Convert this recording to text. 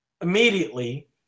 immediately